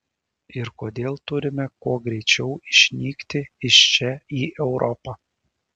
ir kodėl turime kuo greičiau išnykti iš čia į europą